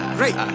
Great